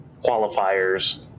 qualifiers